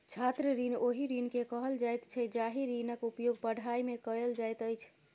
छात्र ऋण ओहि ऋण के कहल जाइत छै जाहि ऋणक उपयोग पढ़ाइ मे कयल जाइत अछि